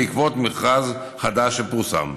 בעקבות מכרז חדש שפורסם.